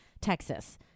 Texas